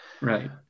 right